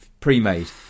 Pre-made